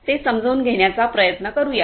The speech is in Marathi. ते समजून घेण्याचा प्रयत्न करूया